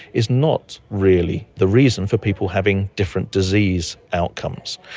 is not really the reason for people having different disease outcomes.